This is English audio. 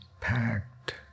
packed